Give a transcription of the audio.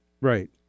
Right